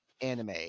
anime